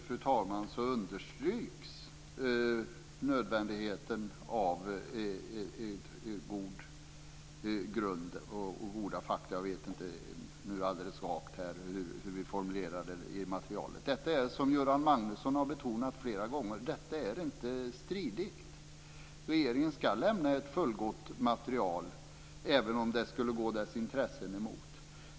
Fru talman! I majoritetens text understryks nödvändigheten av en god grund, av goda fakta - jag vet inte riktigt hur vi formulerade detta i materialet. Som Göran Magnusson flera gånger har betonat är detta inte stridigt. Regeringen skall lämna ett fullgott material även om det skulle gå dess intressen emot.